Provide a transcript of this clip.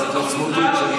לא עומד בזה.